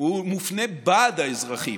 כי הוא מופנה כנגד האזרחים.